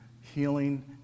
healing